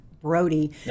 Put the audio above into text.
Brody